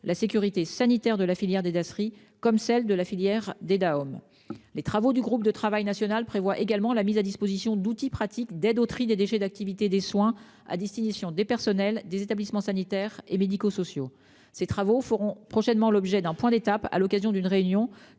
la sécurité sanitaire de la filière des Dasri comme celle de la filière des Dom. Les travaux du groupe de travail national prévoit également la mise à disposition d'outils pratiques d'aide au tri des déchets d'activités des soins à destination des personnels des établissements sanitaires et médico-sociaux ces travaux feront prochainement l'objet d'un point d'étape à l'occasion d'une réunion